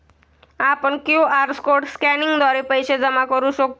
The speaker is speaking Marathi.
आपण क्यू.आर कोड स्कॅनिंगद्वारे पैसे जमा करू शकतो